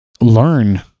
learn